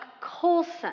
Colson